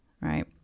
right